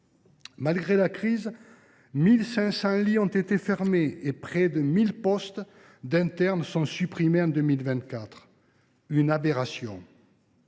Malgré la crise, 1 500 lits ont été fermés et près de 1 000 postes d’internes ont été supprimés en 2024 – une aberration